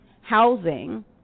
housing